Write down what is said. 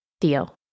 Theo